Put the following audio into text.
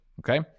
Okay